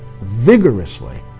vigorously